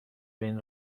بین